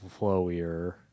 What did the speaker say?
flowier